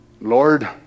Lord